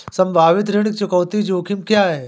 संभावित ऋण चुकौती जोखिम क्या हैं?